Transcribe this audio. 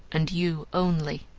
and you only.